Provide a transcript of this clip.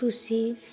ਤੁਸੀਂ